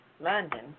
London